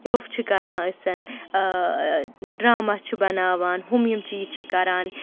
روٚف چھِ کَران أسٮ۪ن ڈرٛاما چھِ بَناوان ہُم یِم چیٖز چھِ کَران